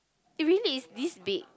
it really is this big